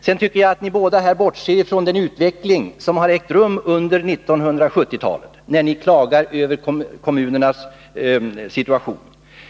Både Paul Jansson och Nils Berndtson bortser från den utveckling som har ägt rum under 1970-talet när de klagar över kommunernas situation.